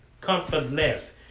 comfortless